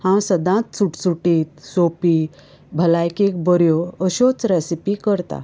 हांव सदांच सुटसुटीत सोंपी भलायकेक बऱ्यो अश्योच रेसिपी करता